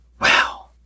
wow